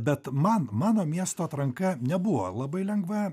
bet man mano miesto atranka nebuvo labai lengva